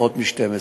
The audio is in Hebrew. פחות מ-12.